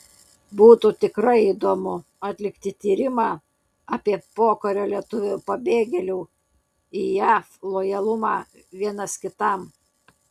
būtų tikrai įdomu atlikti tyrimą apie pokario lietuvių pabėgėlių į jav lojalumą vienas kitam